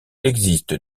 existe